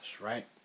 right